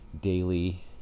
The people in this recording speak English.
daily